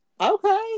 Okay